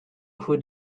who